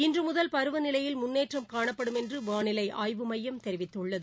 இன்று முதல் பருவநிலையில் முன்னேற்றம் காணப்படும் என்று வானிலை ஆய்வு துறை தெரிவித்துள்ளது